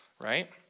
right